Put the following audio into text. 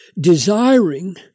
desiring